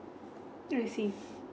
you see